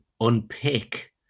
unpick